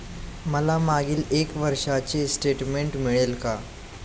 मला मागील एक वर्षाचे स्टेटमेंट मिळेल का?